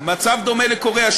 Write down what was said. מצב דומה לקוריאה,